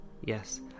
Yes